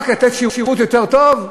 רק לתת שירות יותר טוב?